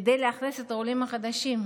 כדי לשכן את העולים החדשים.